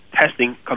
testing